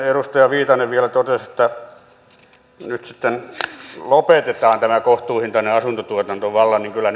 edustaja viitanen vielä totesi että nyt sitten lopetetaan tämä kohtuuhintainen asuntotuotanto vallan niin kyllä